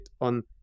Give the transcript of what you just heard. on